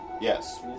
Yes